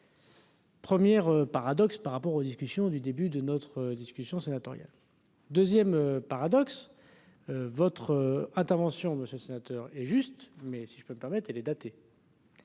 Première paradoxe par rapport aux discussions du début de notre discussion sénatoriale 2ème paradoxe votre intervention, monsieur sénateur et juste, mais si je peux me permettre et les dater.